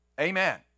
Amen